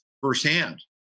firsthand